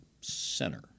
center